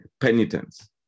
penitence